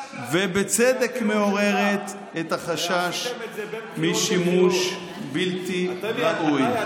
ובצדק מעוררת, את החשש משימוש בלתי ראוי.